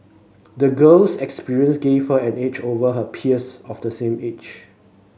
the girl's experience gave her an edge over her peers of the same age